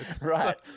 Right